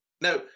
Now